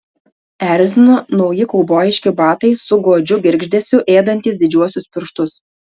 erzino nauji kaubojiški batai su godžiu girgždesiu ėdantys didžiuosius pirštus